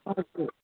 हजुर